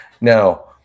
Now